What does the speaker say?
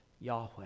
Yahweh